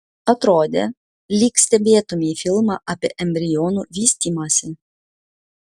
atrodė lyg stebėtumei filmą apie embrionų vystymąsi